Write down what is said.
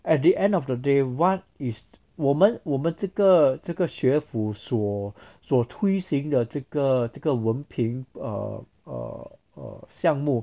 at the end of the day what is 我们我们这个这个学府所所推行的这个这个文凭 err err err 项目